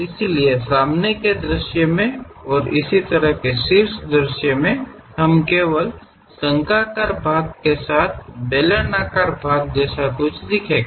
इसलिए सामने के दृश्य से और इसी तरह शीर्ष दृश्य मे हमे केवल शंक्वाकार भाग के साथ बेलनाकार भागों जैसा कुछ दिखेगा